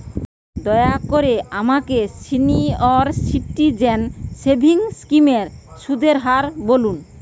দয়া করে আমাকে সিনিয়র সিটিজেন সেভিংস স্কিমের সুদের হার বলুন